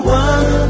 one